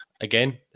again